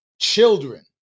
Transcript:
children